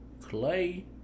Clay